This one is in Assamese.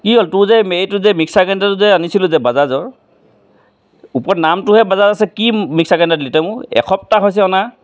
কি হ'ল তোৰ যে এই মিক্সাৰ গ্ৰাইণ্ডাৰটো যে আনিছিলোঁ যে বাজাজৰ ওপৰত নামটোহে বাজাজ আছে কি মিক্সাৰ গ্ৰাইণ্ডাৰ দিলি মোক এসপ্তাহ হৈছে অনা